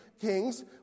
Kings